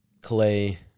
Clay